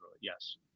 Yes